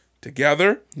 together